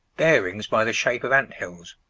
bearings by the shape of ant-hills